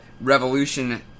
Revolution